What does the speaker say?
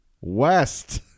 west